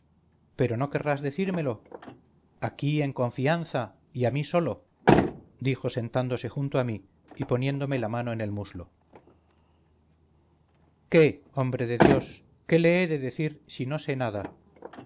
pero no querrás decírmelo aquí en confianza a mí solo dijo sentándose junto a mí y poniéndome la mano en el muslo qué hombre de dios qué le he de decir si no sé nada